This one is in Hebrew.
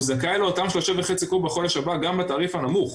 הוא זכאי לאותם 3.5 קוב בחודש הבא גם בתעריף הנמוך.